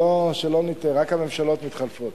שלא נטעה, רק הממשלות מתחלפות,